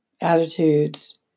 attitudes